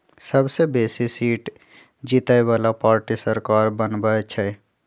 सबसे बेशी सीट जीतय बला पार्टी सरकार बनबइ छइ